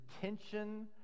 tension